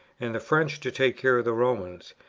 and the french to take care of the romans,